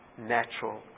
natural